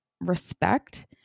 respect